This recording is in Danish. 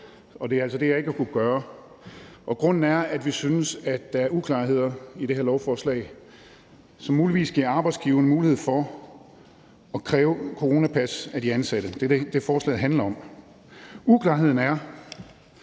det er altså det, jeg ikke har kunnet gøre. Grunden er, at vi synes, at der er uklarheder i det her lovforslag, som muligvis giver arbejdsgiverne mulighed for at kræve coronapas af de ansatte. Det er det, forslaget handler om. Uklarheden er,